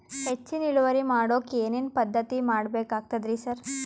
ಹೆಚ್ಚಿನ್ ಇಳುವರಿ ಮಾಡೋಕ್ ಏನ್ ಏನ್ ಪದ್ಧತಿ ಮಾಡಬೇಕಾಗ್ತದ್ರಿ ಸರ್?